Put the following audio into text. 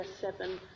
S7